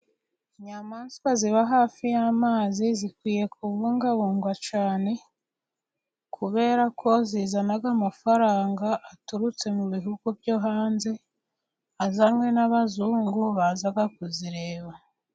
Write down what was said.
Inyamaswa ziba hafi y'amazi zikwiye kubungabungwa cyane, kuberako zizana amafaranga aturutse mu bihugu byo hanze azanwe n'abazungu baza kuzireba.